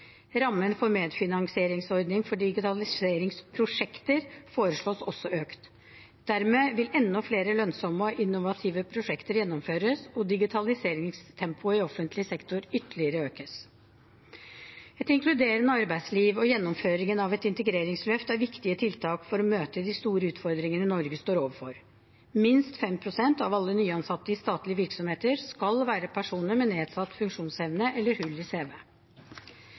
Rammen for medfinansieringsordningen for digitaliseringsprosjekter foreslås også økt. Dermed vil enda flere lønnsomme og innovative prosjekter gjennomføres og digitaliseringstempoet i offentlig sektor ytterligere økes. Et inkluderende arbeidsliv og gjennomføringen av et integreringsløft er viktige tiltak for å møte de store utfordringene Norge står overfor. Minst 5 pst. av alle nyansatte i statlige virksomheter skal være personer med nedsatt funksjonsevne eller hull i